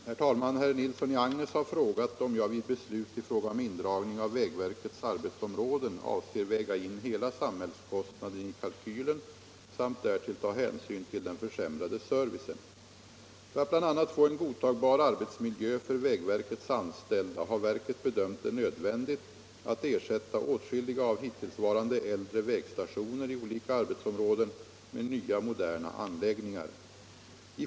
Herr talman! Herr Nilsson i Agnäs har frågat om jag vid beslut i fråga om indragning av vägverkets arbetsområden avser väga in hela sam verket bedömt det nödvändigt att ersätta åtskilliga av hittillsvarande äldre vägstationer i olika arbetsområden med nya moderna anläggningar.